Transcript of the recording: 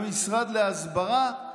המשרד להסברה.